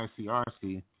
ICRC